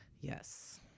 Yes